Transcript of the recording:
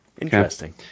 Interesting